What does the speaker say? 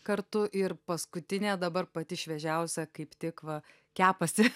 kartu ir paskutinė dabar pati šviežiausia kaip tik va kepasi